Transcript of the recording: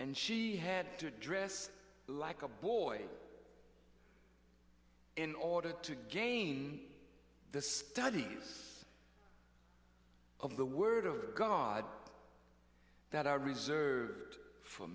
and she had to dress like a boy in order to gain the study of the word of god that are reserved fo